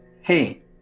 hey